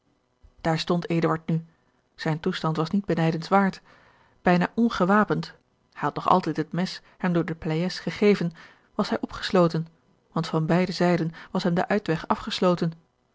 daar stond eduard nu zijn toestand was niet benijdenswaard bijna ongewapend hij had nog altijd het mes hem door de pleyes gegeven was hij opgesloten want van beide zijden was hem de uitweg afgesloten